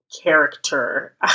character